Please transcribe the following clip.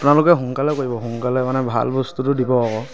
আপোনালোকে সোনকালে কৰিব সোনকালে মানে ভাল বস্তুতো দিব আকৌ